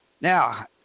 Now